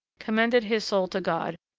commended his soul to god,